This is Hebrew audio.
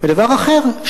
דבר אחר,